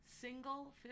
single